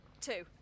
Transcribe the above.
two